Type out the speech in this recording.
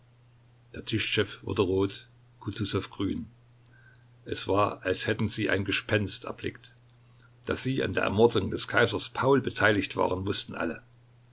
der tisch wurde rot kutusow grün es war als hätten sie ein gespenst erblickt daß sie an der ermordung des kaisers paul beteiligt waren wußten alle